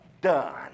done